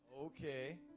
Okay